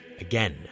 again